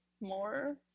more